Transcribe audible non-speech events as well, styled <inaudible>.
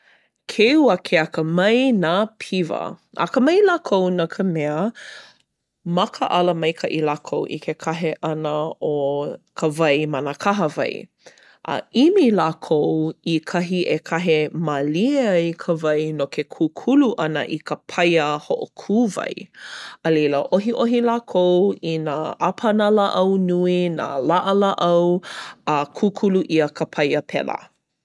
Keu a ke akamai nā piwa. Akamai lākou no ka mea <gasps> makaʻala maikaʻi lākou i ke kahe ʻana o ka wai ma nā kahawai. A ʻimi lākou i kahi e kahe mālie ai ka wai no ke kūkulu ʻana i ka paia hoʻokū wai. A leila ʻohiʻohi lākou i nā ʻāpana lāʻau nui, nā laʻalāʻau a kūkulu ʻia ka paia pēlā.